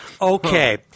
okay